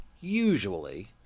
usually